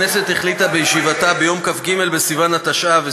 הכנסת החליטה בישיבתה ביום כ"ג בסיוון התשע"ו,